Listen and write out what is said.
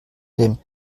dem